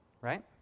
right